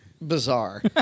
bizarre